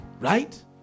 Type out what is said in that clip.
right